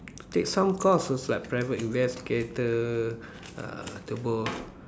take some courses like private events cater uh